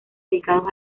dedicados